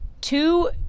two